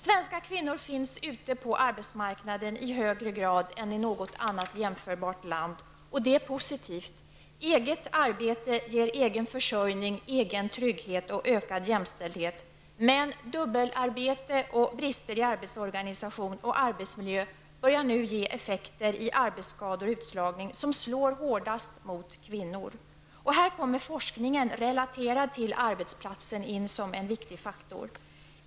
Svenska kvinnor finns ute på arbetsmarknaden i högre grad än i något annat jämförbart land, och det är positivt. Eget arbete ger egen försörjning, egen trygghet och ökad jämställdhet. Men dubbelarbete och brister i arbetsorganisation och arbetsmiljö börjar nu ge effekter i arbetsskador och utslagning, och de slår hårdast mot kvinnor. Här kommer forskning relaterad till arbetsplatsen in som en viktig faktor.